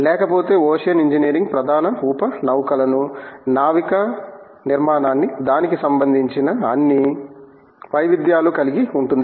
లేకపోతే ocean engineering ప్రధాన ఉప నౌకలను నావికా నిర్మాణాన్ని దానికి సంబంధించిన అన్ని వైవిధ్యాలు కలిగి ఉంటుంది